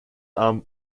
arm